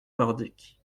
pordic